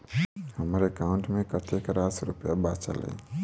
हम्मर एकाउंट मे कतेक रास रुपया बाचल अई?